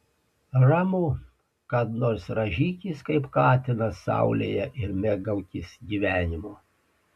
ramu kad nors rąžykis kaip katinas saulėje ir mėgaukis gyvenimu